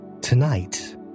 Tonight